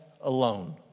alone